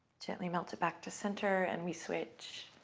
gently melt it back to center, and we switch.